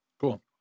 cool